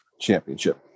Championship